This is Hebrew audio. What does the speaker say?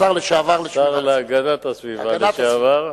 השר להגנת הסביבה לשעבר.